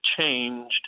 changed